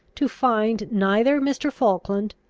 to find neither mr. falkland,